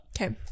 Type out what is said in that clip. Okay